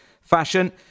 fashion